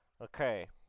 Okay